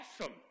awesome